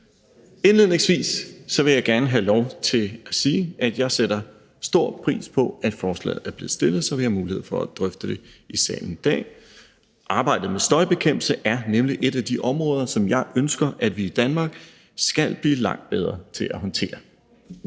Indledningsvis vil jeg gerne have lov til at sige, at jeg sætter stor pris på, at forslaget er blevet fremsat, så vi har mulighed for at drøfte det i salen i dag. Arbejdet med støjbekæmpelse er nemlig et af de områder, som jeg ønsker at vi i Danmark skal blive langt bedre til at håndtere.